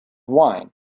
wine